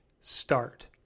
start